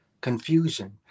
Confusion